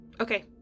Okay